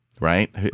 Right